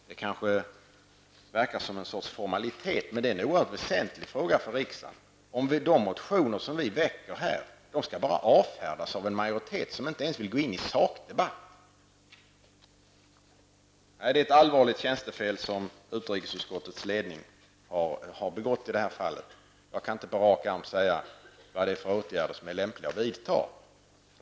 Det kanske verkar som en sorts formalitet, men det är en oerhört väsentlig fråga för riksdagen om de motioner som vi väcker här bara skall avfärdas av en majoritet, som inte ens vill gå in i sakdebatt. Det är alltså ett allvarligt tjänstefel som utrikesutskottets ledning har begått i det här fallet. Jag kan inte på rak arm säga vilka åtgärder som är lämpliga att vidta.